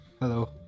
Hello